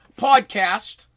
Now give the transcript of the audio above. podcast